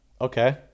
Okay